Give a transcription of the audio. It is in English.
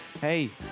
Hey